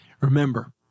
Remember